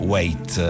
Wait